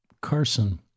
Carson